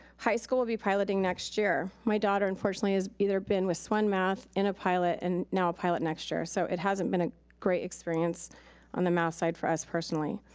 high school will be piloting next year. my daughter, unfortunately, has either been with swun math, in a pilot and now a pilot next year, so it hasn't been a great experience on the math side for us personally.